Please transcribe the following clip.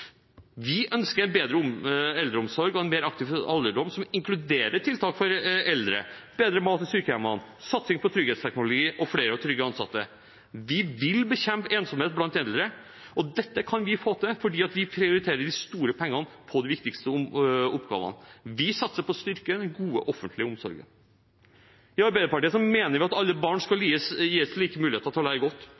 Vi ønsker en bedre eldreomsorg og en mer aktiv alderdom som inkluderer tiltak for eldre, bedre mat i sykehjemmene, satsing på trygghetsteknologi og flere og trygge ansatte. Vi vil bekjempe ensomhet blant eldre. Dette kan vi få til fordi vi prioriterer de store pengene på de viktigste oppgavene. Vi satser på å styrke den gode offentlige omsorgen. I Arbeiderpartiet mener vi at alle barn skal gis like muligheter til å lære godt.